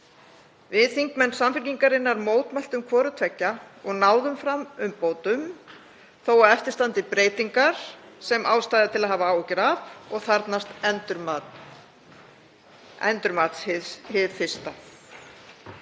Við þingmenn Samfylkingarinnar mótmæltum hvoru tveggja og náðum fram umbótum þó að eftir standi breytingar sem ástæða er til að hafa áhyggjur af og þarfnast endurmats hið fyrsta.